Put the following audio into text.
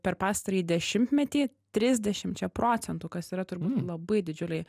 per pastarąjį dešimtmetį trisdešimčia procentų kas yra turbūt labai didžiuliai